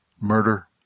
murder